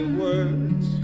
words